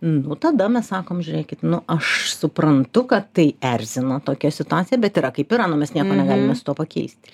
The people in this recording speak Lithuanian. nu tada mes sakom žiūrėkit nu aš suprantu kad tai erzina tokia situacija bet yra kaip yra nu mes nieko negalime su tuo pakeisti